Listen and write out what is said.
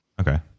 okay